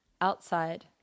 Outside